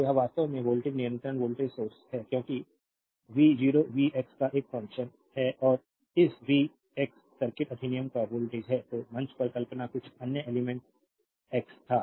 तो यह वास्तव में वे वोल्टेज नियंत्रित वोल्टेज सोर्स है क्योंकि वी 0 वी एक्स का एक फंक्शन है और इस वी एक्स सर्किट अधिनियम का वोल्टेज है तो मंच पर कल्पना कुछ अन्य एलिमेंट्स एक्स था